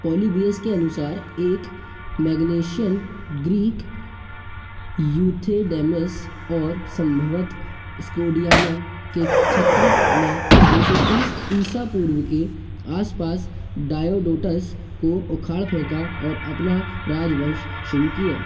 Polybius के अनुसार एक मैग्नेशियन ग्रीक यूथेडेमिस और संभवत स्कोडियाना के क्षत्रप ने दो सौ तीस ईसा पूर्व के आसपास डायोडोटस को उखाड़ फेंका और अपना राजवंश शुरू किया